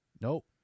Nope